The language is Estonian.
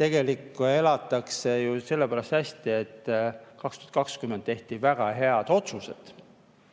Tegelikult elatakse ju sellepärast hästi, et 2020 tehti väga head otsused,